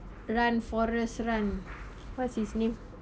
run forest run what's his name